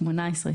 18,